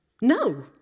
No